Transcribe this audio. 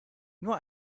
nur